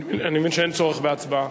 אני מבין שאין צורך בהצבעה?